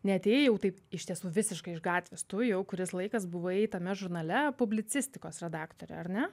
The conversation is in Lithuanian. neatėjai jau taip iš tiesų visiškai iš gatvės tu jau kuris laikas buvai tame žurnale publicistikos redaktorė ar ne